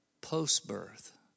post-birth